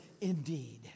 indeed